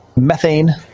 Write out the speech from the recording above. Methane